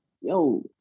yo